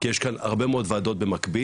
כי יש כאן הרבה מאוד וועדות במקביל,